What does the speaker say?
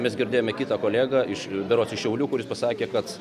mes girdėjome kitą kolegą iš berods iš šiaulių kuris pasakė kad